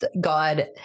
God